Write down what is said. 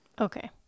okay